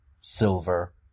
silver